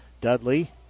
Dudley